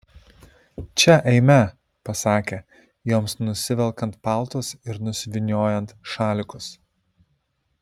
čia eime pasakė joms nusivelkant paltus ir nusivyniojant šalikus